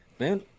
Man